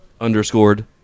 Underscored